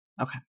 Okay